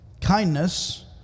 kindness